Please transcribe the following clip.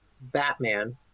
Batman